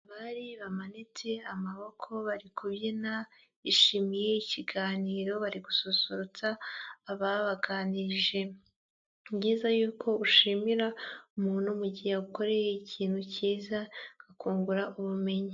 Abari bamanitse amaboko bari kubyina, bishimiye ikiganiro bari gususurutsa ababaganirije. Ni byiza yuko ushimira umuntu mu gihe yagukoreye ikintu cyiza, akakungura ubumenyi.